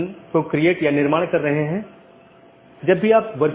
NLRI का उपयोग BGP द्वारा मार्गों के विज्ञापन के लिए किया जाता है